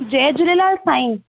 जय झूलेलाल साईं